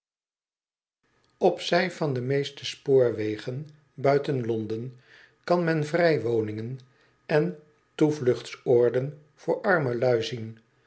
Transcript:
op zij van de meeste spoorwegen buiten l o n d e n kan men vrij woningen en toevluchtsoorden voor arme lui zien